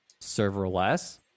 serverless